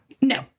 No